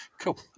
Cool